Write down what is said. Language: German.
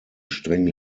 streng